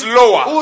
lower